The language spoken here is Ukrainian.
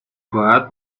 поет